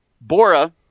Bora